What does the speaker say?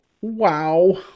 wow